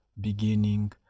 beginning